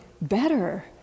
better